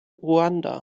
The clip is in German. ruanda